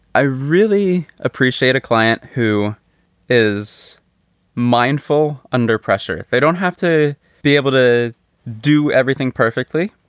i really appreciate a client who is mindful under pressure. if they don't have to be able to do everything perfectly.